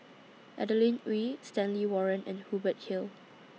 Adeline Ooi Stanley Warren and Hubert Hill